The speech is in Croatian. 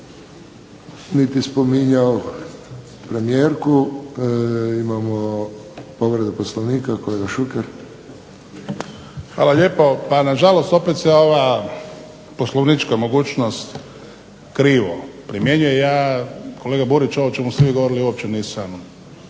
niti spominjao premijerku. Imamo povredu Poslovnika, kolega Šuker. **Šuker, Ivan (HDZ)** Hvala lijepo. Pa nažalost opet se ova poslovnička mogućnost krivo primjenjuje. Ja, kolega Burić, ovo o čemu ste vi govorili uopće nisam